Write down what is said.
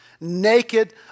Naked